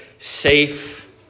safe